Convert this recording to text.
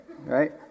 Right